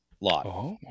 lot